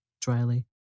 dryly